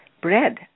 bread